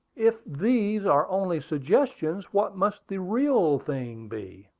if these are only suggestions, what must the real thing be!